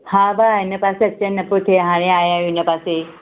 हा भाउ हिन पासे अचणु नथो थे हाणे आया आहियूं हिन पासे